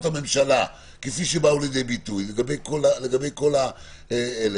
הממשלה כפי שבאו לידי ביטוי לגבי כל אלה,